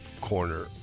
corner